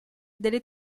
delle